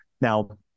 Now